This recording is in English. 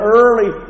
early